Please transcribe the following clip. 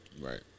Right